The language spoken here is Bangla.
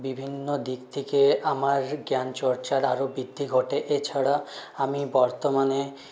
বিভিন্ন দিক থেকে আমার জ্ঞান চর্চার আরও বৃদ্ধি ঘটে এছাড়া আমি বর্তমানে